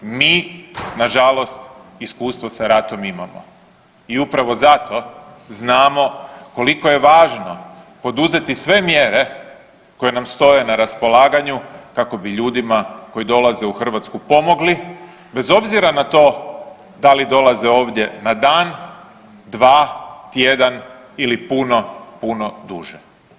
Mi nažalost iskustvo sa ratom imamo i upravo zato znamo koliko je važno poduzeti sve mjere koje nam stoje na raspolaganju kako bi ljudima koji dolaze u Hrvatsku pomogli bez obzira na to da li dolaze ovdje na dan, dva, tjedan ili puno, puno duže.